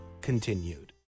continued